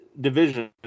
division